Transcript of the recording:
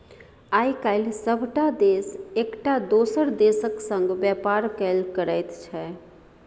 आय काल्हि सभटा देश एकटा दोसर देशक संग व्यापार कएल करैत छै